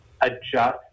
adjust